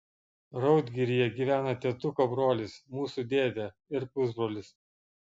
raudgiryje gyvena tėtuko brolis mūsų dėdė ir pusbrolis